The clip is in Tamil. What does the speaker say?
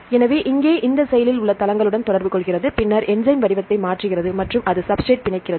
எனவே இங்கே இந்த செயலில் உள்ள தளங்களுடன் தொடர்பு கொள்கிறது பின்னர் என்ஸைம் வடிவத்தை மாற்றுகிறது மற்றும் அது சப்ஸ்ட்ரேட் பிணைக்கிறது